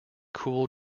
cool